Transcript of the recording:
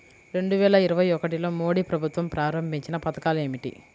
రెండు వేల ఇరవై ఒకటిలో మోడీ ప్రభుత్వం ప్రారంభించిన పథకాలు ఏమిటీ?